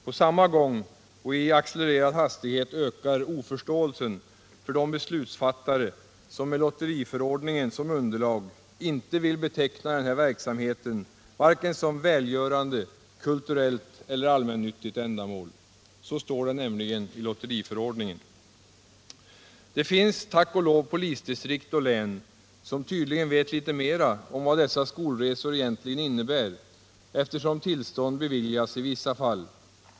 På samma gång och med accelererad hastighet ökar oförståelsen för de beslutsfattare som med lotteriförordningen som underlag inte vill beteckna den här verksamheten som vare sig ”välgörande, kulturellt eller allmännyttigt ändamål”. Så står det nämligen i lotteriförordningen. Det finns, tack och lov, polisdistrikt och län som tydligen vet litet mera om vad dessa skolresor egentligen innebär, eftersom tillstånd beviljats i vissa fall.